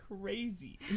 crazy